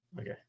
Okay